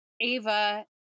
ava